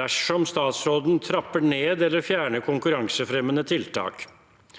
dersom statsråden trapper ned eller fjerner konkurransefremmende tiltak.